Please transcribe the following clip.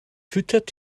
füttert